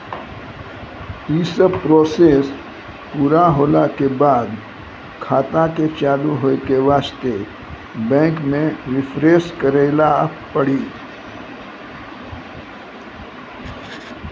यी सब प्रोसेस पुरा होला के बाद खाता के चालू हो के वास्ते बैंक मे रिफ्रेश करैला पड़ी?